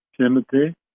Timothy